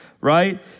right